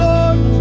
Lord